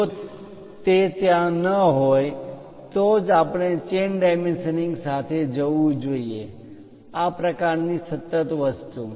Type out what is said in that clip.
જો તે ત્યાં ન હોય તો જ આપણે ચેન ડાયમેન્શનિંગ સાથે જવું જોઈએ આ પ્રકાર ની સતત વસ્તુ